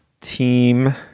Team